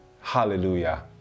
Hallelujah